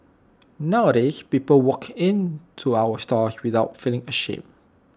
nowadays people walk in to our stores without feeling ashamed